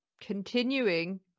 continuing